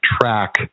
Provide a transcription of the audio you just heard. track